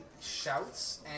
shouts